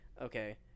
okay